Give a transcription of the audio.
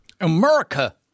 America